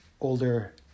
older